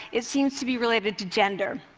it seems to be related to gender.